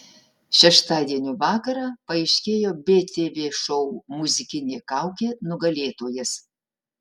šeštadienio vakarą paaiškėjo btv šou muzikinė kaukė nugalėtojas